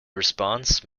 response